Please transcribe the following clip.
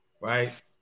right